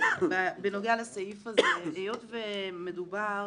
היות ומדובר